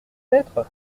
lettre